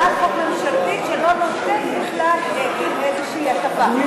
הצעת חוק ממשלתית שלא נותנת בכלל איזושהי הטבה.